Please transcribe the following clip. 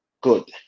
Good